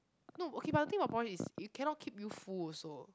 no okay but the thing about porridge is you cannot keep you full also